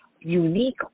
Unique